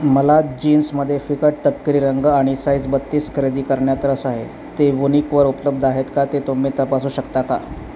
मला जीन्समध्ये फिकट तपकिरी रंग आणि साइज बत्तीस खरेदी करण्यात रस आहे ते वूनिकवर उपलब्ध आहेत का ते तुम्ही तपासू शकता का